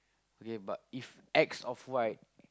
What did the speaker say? okay but if X off white